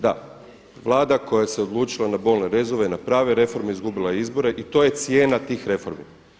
Da, Vlada koja se odlučila na bolne rezove, na prave reforme izgubila je izbore i to je cijena tih reformi.